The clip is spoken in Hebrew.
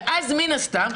ואז מן הסתם,